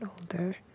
older